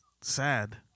sad